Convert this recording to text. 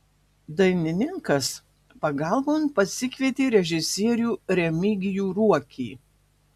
dainininkas pagalbon pasikvietė režisierių remigijų ruokį